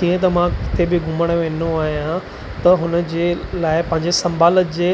जीअं त मां किथे बि घुमणु वेंदो आहियां त हुनजे लाइ पंहिंजे संभाल जे